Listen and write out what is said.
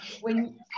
when-